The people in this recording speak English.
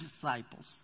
disciples